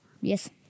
Yes